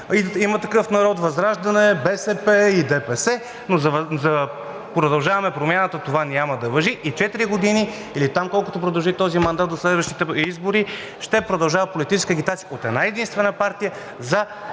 „Има такъв народ“, ВЪЗРАЖДАНЕ, БСП и ДПС, но за „Продължаваме Промяната“ това няма да важи и 4 години или там колкото продължи този мандат до следващите избори, ще продължава политическа агитация от една-единствена партия за